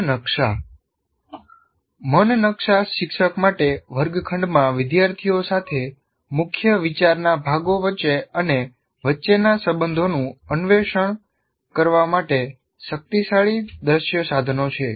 મન નકશા મન નકશા શિક્ષક માટે વર્ગખંડમાં વિદ્યાર્થીઓ સાથે મુખ્ય વિચારના ભાગો વચ્ચે અને વચ્ચેના સંબંધોનું અન્વેષણ કરવા માટે શક્તિશાળી દ્રશ્ય સાધનો છે